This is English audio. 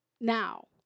now